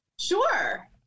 Sure